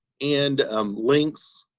and um links